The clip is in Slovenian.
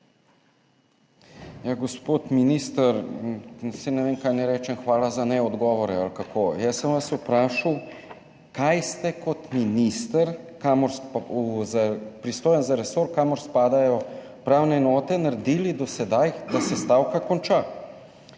Gospod minister, saj ne vem, kaj naj rečem, hvala za neodgovore, ali kako. Jaz sem vas vprašal, kaj ste kot minister, pristojen za resor, kamor spadajo upravne enote, naredili do sedaj, da se stavka konča,